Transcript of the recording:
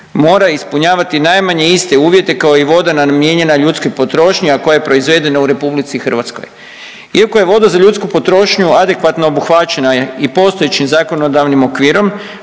mora ispunjavati najmanje iste uvjete kao i voda namijenjena ljudskoj potrošnji, a koja je proizvedena u RH. Iako je voda za ljudsku potrošnju adekvatno obuhvaćena je i postojećim zakonodavnim okvirom,